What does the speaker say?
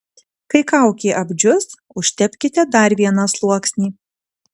kai kaukė apdžius užtepkite dar vieną sluoksnį